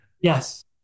Yes